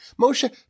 Moshe